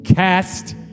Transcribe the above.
Cast